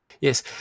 Yes